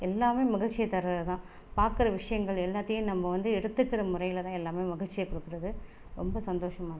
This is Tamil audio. எல்லாமே மகிழ்ச்சியை தரது தான் பார்க்குற விஷயங்கள் எல்லாத்தையும் நம்ம வந்து எடுத்துக்கிற முறையில் தான் எல்லாமே மகிழ்ச்சியை கொடுக்குது ரொம்ப சந்தோசமாக இருக்குது